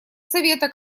совета